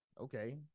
okay